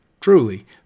Truly